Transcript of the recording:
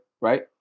Right